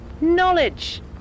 Knowledge